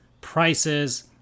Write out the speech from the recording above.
prices